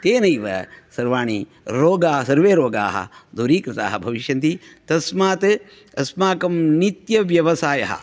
तेनैव सर्वाणि रोगा सर्वे रोगाः दूरीकृताः भविष्यन्ति तस्मात् अस्माकं नीत्यव्यवसायः